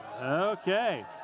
Okay